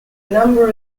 number